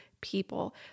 people